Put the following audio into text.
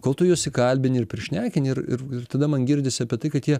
kol tu juos įkalbini ir prišnekinti ir ir ir tada man girdisi apie tai kad jie